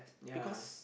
ya